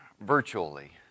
virtually